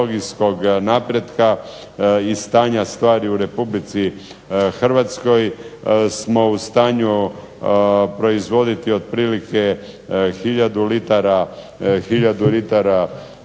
i stanja stvari u Republici Hrvatskoj smo u stanju proizvoditi otprilike hiljadu litara